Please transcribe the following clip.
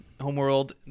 Homeworld